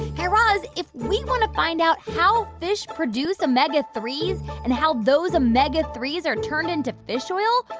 guy raz, if we want to find out how fish produce omega three s and how those omega three s are turned into fish oil,